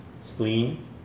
spleen